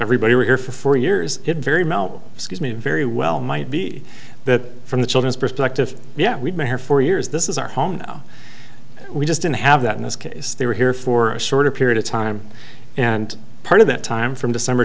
everybody were here for four years it very mellow excuse me very well might be that from the children's perspective yet we've been here for years this is our home now and we just don't have that in this case they were here for a shorter period of time and part of that time from december